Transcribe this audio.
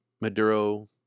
maduro